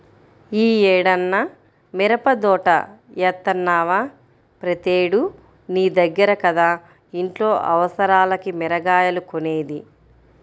యీ ఏడన్నా మిరపదోట యేత్తన్నవా, ప్రతేడూ నీ దగ్గర కదా ఇంట్లో అవసరాలకి మిరగాయలు కొనేది